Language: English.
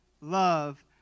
love